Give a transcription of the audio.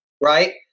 right